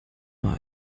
mal